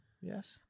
Yes